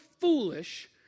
foolish